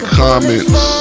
comments